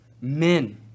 Men